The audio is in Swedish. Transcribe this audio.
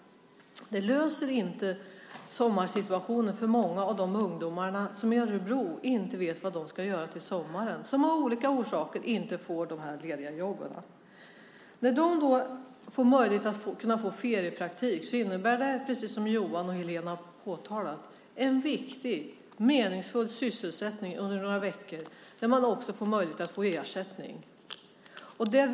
Det löser inte sommarsituationen för många av de ungdomar i Örebro som inte vet vad de ska göra till sommaren och som av olika orsaker inte får de här lediga jobben. När de får möjlighet till feriepraktik innebär det som Johan och Helene har påtalat en viktig meningsfull sysselsättning under några veckor då man också får möjlighet att få ersättning.